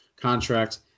contract